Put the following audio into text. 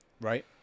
Right